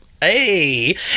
Hey